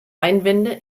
einwände